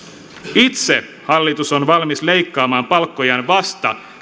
itse hallitus on valmis leikkaamaan palkkojaan vasta